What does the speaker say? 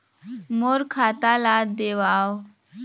मोर खाता ला देवाव?